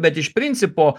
bet iš principo